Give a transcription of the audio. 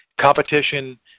competition